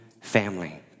family